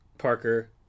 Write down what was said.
Parker